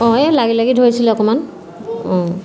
অঁ এই লাগি লাগি ধৰিছিলে অকণমান অঁ